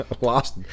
Lost